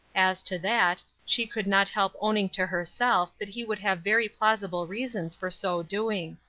as to that, she could not help owning to herself that he would have very plausible reasons for so doing.